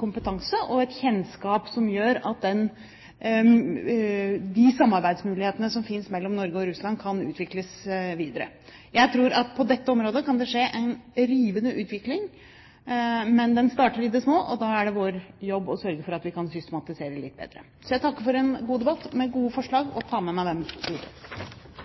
kompetanse og kunnskap som gjør at de samarbeidsmulighetene som finnes mellom Norge og Russland, kan utvikles videre. Jeg tror at det på dette området kan skje en rivende utvikling, men den starter i det små. Da er det vår jobb å sørge for å systematisere litt bedre. Jeg takker for en god debatt med gode forslag og